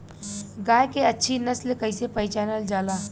गाय के अच्छी नस्ल कइसे पहचानल जाला?